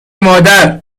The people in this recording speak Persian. مادر